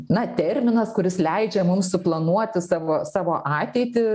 na terminas kuris leidžia mums suplanuoti savo savo ateitį